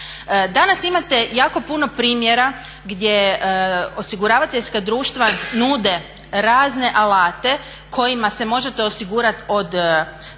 Danas imate jako puno primjera gdje osiguravateljska društva nude razne alate kojima se možete osigurati od